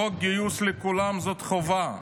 חוק גיוס לכולם זה חובה.